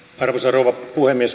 arvoisa rouva puhemies